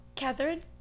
Catherine